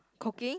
cooking